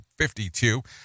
52